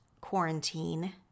quarantine